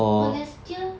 balestier